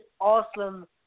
awesome